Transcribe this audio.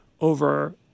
over